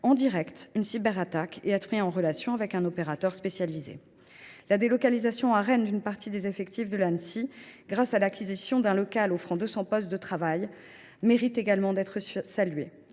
en direct une cyberattaque et être mis en relation avec un opérateur spécialisé. La délocalisation à Rennes d’une partie des effectifs de l’Anssi, grâce à l’acquisition d’un local offrant 200 postes de travail, mérite également d’être saluée.